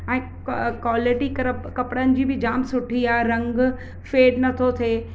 ऐं क्वालिटी क कपिड़नि जी बि जाम सुठी आहे रंगु फेड नथो थिए